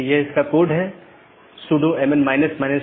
2 update message routing जानकारी को BGP साथियों के बीच आदान प्रदान करता है